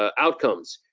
um outcomes.